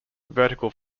vertical